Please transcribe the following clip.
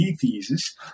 thesis